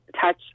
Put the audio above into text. touch